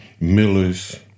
millers